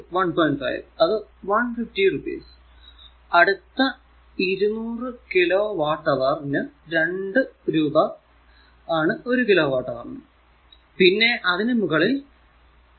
5 അത് 150 രൂപ അടുത്ത 200 കിലോ വാട്ട് അവർ നു 2 പേർ കിലോ വാട്ട് അവർ പിന്നെ അതിനു മുകളിൽ 2